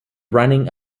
running